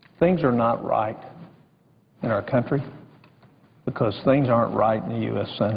things are not right in our country because things aren't right in the u s.